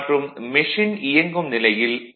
மற்றும் மெஷின் இயங்கும் நிலையில் R 0